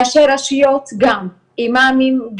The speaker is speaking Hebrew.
ראשי רשויות גם, אימאמים גם.